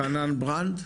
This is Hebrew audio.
חנן ברנד,